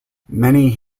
many